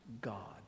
God